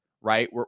right